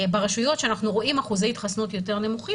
ברשויות שאנחנו רואים אחוזי התחסנות יותר נמוכים,